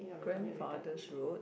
grandfather's road